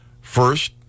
First